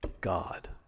God